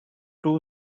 two